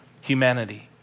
humanity